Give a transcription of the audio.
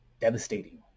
devastating